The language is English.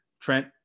Trent